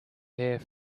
hair